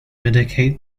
mitigate